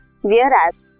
whereas